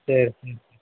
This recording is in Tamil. சரி சரி சரி